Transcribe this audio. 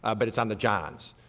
ah but it's on the johns.